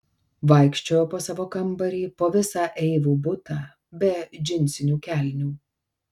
vaikščiojo po savo kambarį po visą eivų butą be džinsinių kelnių